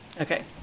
okay